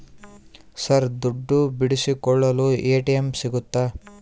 Sir ದುಡ್ಡು ಬಿಡಿಸಿಕೊಳ್ಳಲು ATM ಸಿಗುತ್ತಾ?